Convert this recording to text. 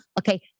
Okay